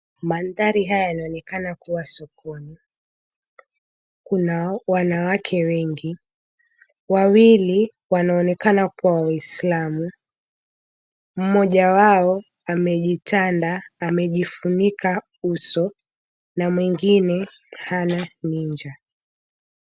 Maandhari haya yanaonekana kuwa sokoni, kuna wanawake wengi wawili wanaonekana kuwa waislamu mmoja wao amejitanda amejifunika uso na mwengine hana ninja.